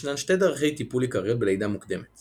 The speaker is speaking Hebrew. ישנן שתי דרכי טיפול עיקריות בלידה מוקדמת